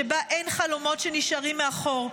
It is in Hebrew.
שבה אין חלומות שנשארים מאחור.